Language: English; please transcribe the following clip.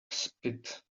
spit